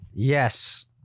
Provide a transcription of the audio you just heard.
Yes